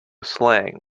slang